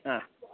हा